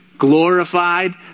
glorified